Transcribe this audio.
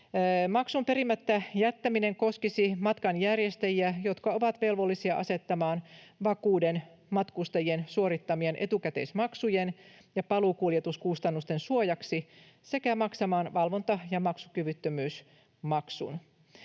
Maksun perimättä jättäminen koskisi matkanjärjestäjiä, jotka ovat velvollisia asettamaan vakuuden matkustajien suorittamien etukäteismaksujen ja paluukuljetuskustannusten suojaksi sekä maksamaan valvonta- ja maksukyvyttömyysmaksun.